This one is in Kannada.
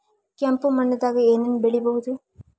ಕೆಂಪು ಮಣ್ಣದಾಗ ಏನ್ ಏನ್ ಬೆಳಿಬೊದು?